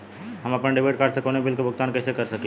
हम अपने debit card से कउनो बिल के भुगतान कइसे कर सकीला?